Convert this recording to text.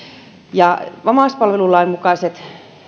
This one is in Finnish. vammaispalvelulain mukaiset